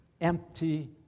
empty